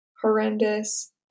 horrendous